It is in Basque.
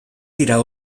dira